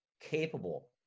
capable